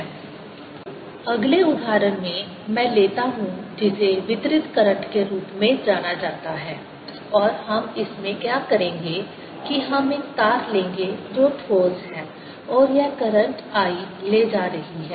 abBdr02πIabdrr02πln ba ILI L02πlnba अगले उदाहरण में मैं लेता हूं जिसे वितरित करंट के रूप में जाना जाता है और हम इसमें क्या करेंगे कि हम एक तार लेंगे जो ठोस है और यह करंट I ले जा रही है